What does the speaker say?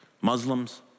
Muslims